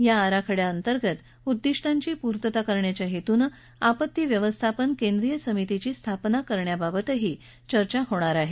या आराखड्याअंतर्गत उद्दिष्टांची पूर्तता करण्याच्या हेतूनं आपत्ती व्यवस्थापन केंद्रीय समितीची स्थापना करण्याबाबतही बस्कीत चर्चा होईल